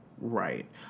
right